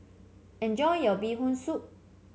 enjoy your Bee Hoon Soup